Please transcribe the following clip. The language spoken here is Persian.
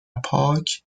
پاک